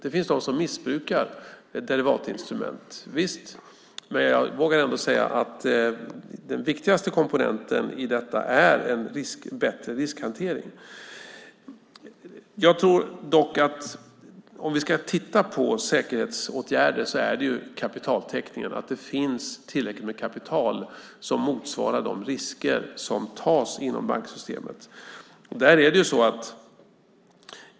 Visst finns det de som missbrukar derivatinstrumentet, men jag vågar ändå säga att den viktigaste komponenten i detta är en bättre riskhantering. Om vi tittar på säkerhetsåtgärder tror jag att det handlar om kapitaltäckningen, det vill säga att det finns kapital som motsvarar de risker som tas inom banksystemet.